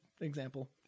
example